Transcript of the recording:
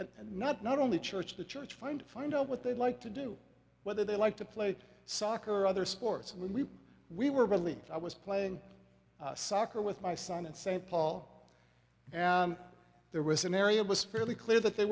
and not not only church the church find find out what they like to do whether they like to play soccer or other sports and we we were really i was playing soccer with my son at st paul and there was an area it was fairly clear that they